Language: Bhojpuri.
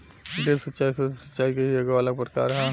ड्रिप सिंचाई, सूक्ष्म सिचाई के ही एगो अलग प्रकार ह